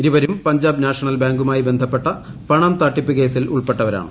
ഇരുവരും പഞ്ചാബ് നാഷണൽ ബാങ്കുമായി ബസ്സ്പ്പെട്ട ് പണം തട്ടിപ്പ് കേസിൽ ഉൾപ്പെട്ടവരാണ്